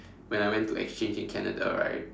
when I went to exchange in Canada right